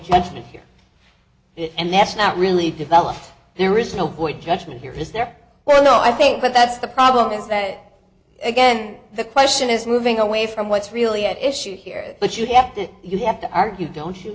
judgment here and that's not really developed there is no void judgment here is there well no i think that's the problem is that again the question is moving away from what's really at issue here but you have to you have to argue don't you